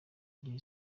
gihe